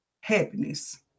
happiness